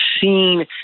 seen